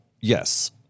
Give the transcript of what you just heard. Yes